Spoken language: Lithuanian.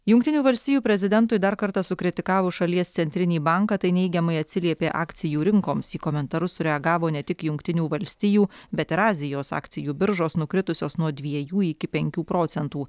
jungtinių valstijų prezidentui dar kartą sukritikavus šalies centrinį banką tai neigiamai atsiliepė akcijų rinkoms į komentarus sureagavo ne tik jungtinių valstijų bet ir azijos akcijų biržos nukritusios nuo dviejų iki penkių procentų